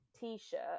T-shirt